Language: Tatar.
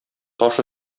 таш